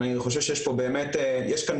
אני חושב פה באמת בעיה,